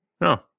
no